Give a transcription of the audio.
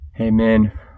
amen